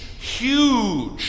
huge